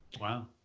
Wow